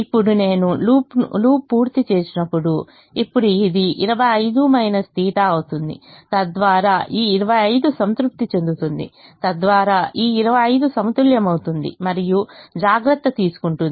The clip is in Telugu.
ఇప్పుడు నేను లూప్ పూర్తి చేసినప్పుడు ఇప్పుడు ఇది 25 θ అవుతుంది తద్వారా ఈ 25 సంతృప్తి చెందుతుంది తద్వారా ఈ 25 సమతుల్యమవుతుంది మరియు జాగ్రత్త తీసుకుంటుంది